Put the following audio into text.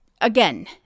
again